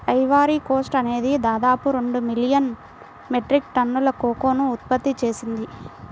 Ivory Coast అనేది దాదాపు రెండు మిలియన్ మెట్రిక్ టన్నుల కోకోను ఉత్పత్తి చేసింది